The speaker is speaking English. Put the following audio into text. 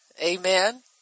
amen